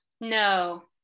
No